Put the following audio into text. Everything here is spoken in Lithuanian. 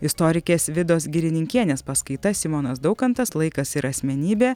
istorikės vidos girininkienės paskaita simonas daukantas laikas ir asmenybė